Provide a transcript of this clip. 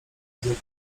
jakiejś